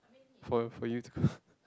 for for you to